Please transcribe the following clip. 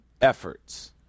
efforts